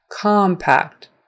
compact